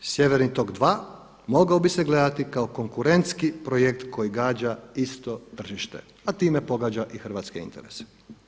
Sjeverni tok 2 mogao bi se gledati kao konkurentski projekt koji gađa isto tržište, a time pogađa i hrvatske interese.